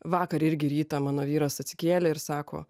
vakar irgi rytą mano vyras atsikėlė ir sako